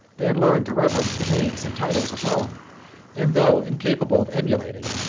they had learned to reverence the name and titles of rome and, though incapable of emulating,